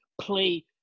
play